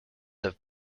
have